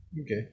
Okay